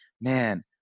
man